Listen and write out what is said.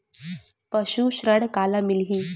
पशु ऋण काला मिलही?